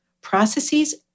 processes